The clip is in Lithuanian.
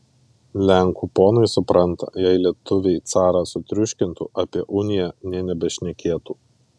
lenkų ponai supranta jei lietuviai carą sutriuškintų apie uniją nė nebešnekėtų